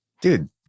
Dude